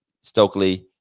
Stokely